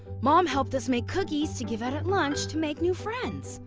mom helped us make cookies to give out at lunch to make new friends.